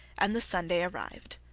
and the sunday arrived,